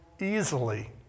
easily